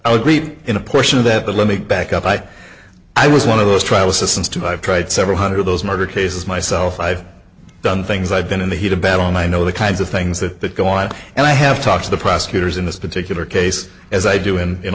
be in a portion of that but let me back up i i was one of those trial systems too i've tried several hundred of those murder cases myself i've done things i've been in the heat of battle and i know the kinds of things that go on and i have talked to the prosecutors in this particular case as i do in in